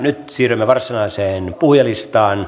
nyt siirrymme varsinaiseen puhujalistaan